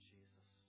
Jesus